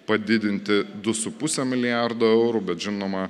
padidinti du su puse milijardo eurų bet žinoma